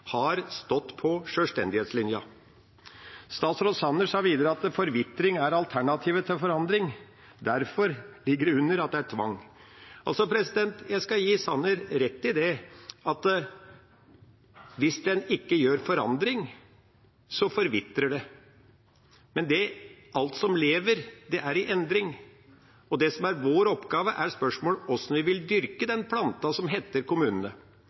har stått på sjølstendighetslinjen. Statsråd Sanner sa videre at forvitring er alternativet til forandring. Derfor ligger det under at det er tvang. Jeg skal gi Sanner rett i at hvis en ikke forandrer, forvitrer det. Men alt som lever, er i endring, og det som er vår oppgave, er spørsmålet om hvordan vi vil dyrke den planten som heter kommunene.